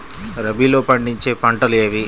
రబీలో పండించే పంటలు ఏవి?